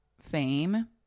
fame